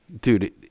dude